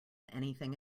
anything